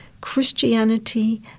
Christianity